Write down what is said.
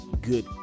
good